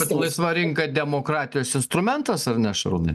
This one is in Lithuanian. laisva rinka demokratijos instrumentas ar ne šarūnai